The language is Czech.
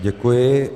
Děkuji.